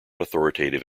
authoritative